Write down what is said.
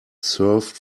served